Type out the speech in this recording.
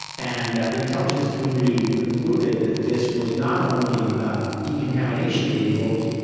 and the intelligence community concluded that this was not only decontamination vehicles,